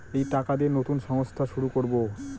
এই টাকা দিয়ে নতুন সংস্থা শুরু করবো